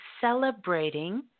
celebrating